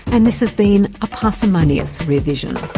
and this has been a parsimonious rear